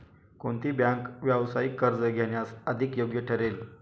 कोणती बँक व्यावसायिक कर्ज घेण्यास अधिक योग्य ठरेल?